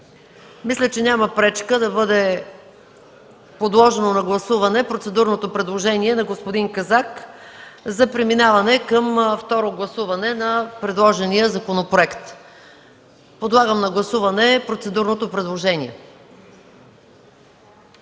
Мисля, че няма пречка да бъде подложено на гласуване процедурното предложение на господин Казак за преминаване към второ гласуване на предложения законопроект. Подлагам на гласуване процедурното предложение.